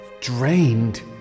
drained